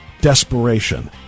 desperation